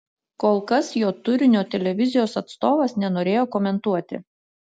kol kas jo turinio televizijos atstovas nenorėjo komentuoti